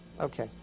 okay